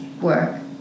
work